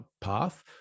path